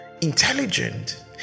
intelligent